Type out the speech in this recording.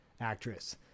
actress